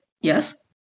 Yes